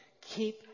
Keep